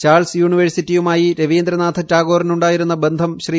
Charles യൂണിവേഴ്സിറ്റിയുമായി രവീന്ദ്രനാഥ ടാഗോറിനുണ്ടായിരുന്ന ബന്ധം ശ്രീ